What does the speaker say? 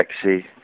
sexy